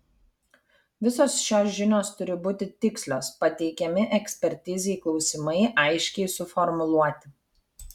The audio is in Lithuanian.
visos šios žinios turi būti tikslios pateikiami ekspertizei klausimai aiškiai suformuluoti